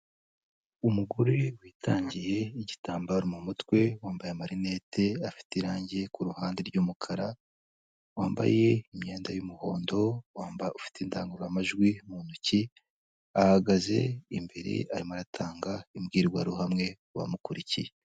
Umugore witangiye igitambaro mu mutwe wambaye amarinete afite irangi ku ruhande rw'umukara, wambaye imyenda y'umuhondo wambaye ufite indangururamajwi mu ntoki ahagaze imbere arimo aratanga imbwirwaruhame kubamumukurikiye.